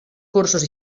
cursos